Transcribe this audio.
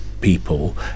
people